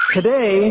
Today